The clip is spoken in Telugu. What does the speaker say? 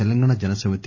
తెలంగాణ జన సమితి